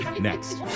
next